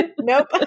Nope